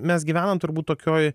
mes gyvenam turbūt tokioj